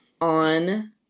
on